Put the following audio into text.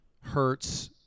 Hurts –